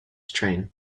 train